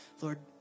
Lord